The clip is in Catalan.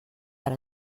per